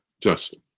Justin